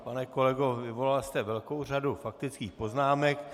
Pane kolego, vyvolal jste velkou řadu faktických poznámek.